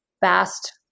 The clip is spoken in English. fast